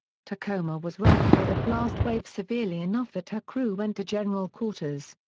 tacoma was rocked by the blast wave severely enough that her crew went to general quarters.